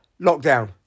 lockdown